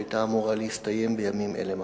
שהיתה אמורה להסתיים בימים אלה ממש.